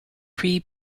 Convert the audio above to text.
pre